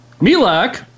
Milak